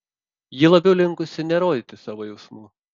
ji labiau linkusi nerodyti savo jausmų